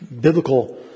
Biblical